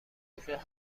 موسیقی